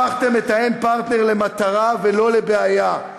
הפכתם את האין-פרטנר למטרה, ולא לבעיה.